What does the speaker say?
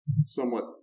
somewhat